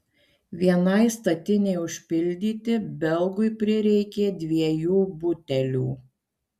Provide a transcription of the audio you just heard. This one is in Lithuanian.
vienai statinei užpildyti belgui prireikė dviejų butelių